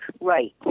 right